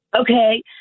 Okay